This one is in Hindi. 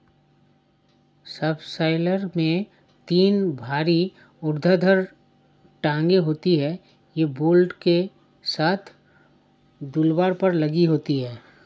सबसॉइलर में तीन भारी ऊर्ध्वाधर टांगें होती हैं, यह बोल्ट के साथ टूलबार पर लगी होती हैं